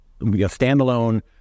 standalone